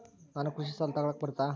ನಾನು ಕೃಷಿ ಸಾಲ ತಗಳಕ ಬರುತ್ತಾ?